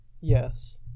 yes